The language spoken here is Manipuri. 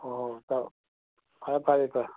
ꯍꯣꯏ ꯍꯣꯏ ꯏꯇꯥꯎ ꯐꯔꯦ ꯐꯔꯦ ꯏꯇꯥꯎ